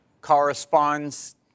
corresponds